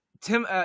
Tim